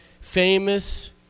famous